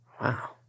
Wow